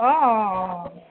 অঁ অঁ অঁ